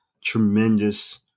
tremendous